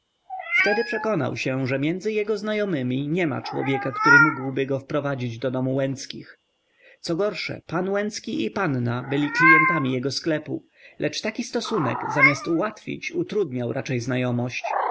wtedy przekonał się że między jego znajomymi niema człowieka który mógłby go wprowadzić do domu łęckich co gorsze pan łęcki i panna byli klijentami jego sklepu lecz taki stosunek zamiast ułatwić utrudniał raczej znajomość